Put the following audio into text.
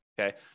okay